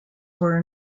were